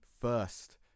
first